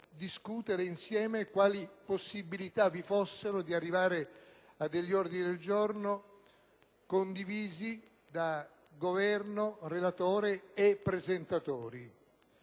discutere insieme quali possibilità vi fossero per arrivare a ordini del giorno condivisi da Governo, relatore e presentatori.